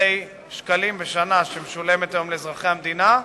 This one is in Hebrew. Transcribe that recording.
שקלים בשנה שמשולמים היום לאזרחי המדינה,